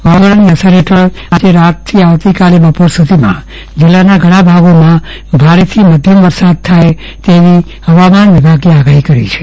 વાવાઝીડાની અસર હોઈ આજે રાતથી આવતીકાલે બપોર સુધીમાં જીલ્લાના ઘણા ભાગમાં ભારેથી માધ્યમ વરસાદ થાય તેવી હવામાન વિભાગે આગાહી કરી છે